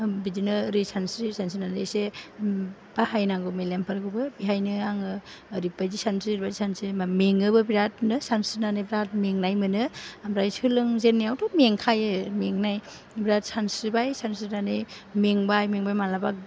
बिदिनो ओरै सानस्रि ओरै सानस्रि होननानै एसे बाहायनांगौ मेलेमफोरखौबो बेहायनो आङो ओरैबायदि सानस्रि ओरैबादि सानस्रि होनबा मेङोबो बेरादनो सानस्रिनानै बिराद मेंनाय मोनो ओमफ्राय सोलों जेननायावथ' मेंखायो मेंनाय बिराद सानस्रिबाय सानस्रिनानै मेंबाय मेंबाय मालाबा